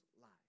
lives